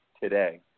today